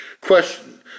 Question